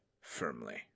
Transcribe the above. firmly